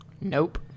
nope